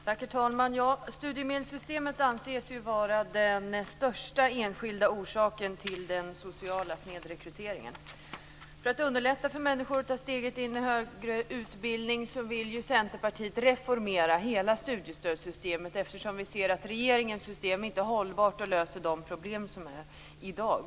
Herr talman! Studiemedelssystemet anses vara den största enskilda orsaken till den sociala snedrekryteringen. För att underlätta för människor att ta steget in i högre utbildning vill Centerpartiet reformera hela studiestödssystemet, eftersom vi ser att regeringens system inte är hållbart och inte löser de problem som finns i dag.